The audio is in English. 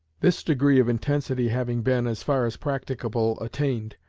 this degree of intensity having been, as far as practicable, attained,